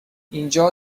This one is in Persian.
اینجا